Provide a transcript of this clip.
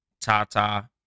Tata